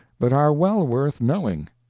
but are well worth knowing.